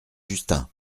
justin